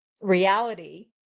reality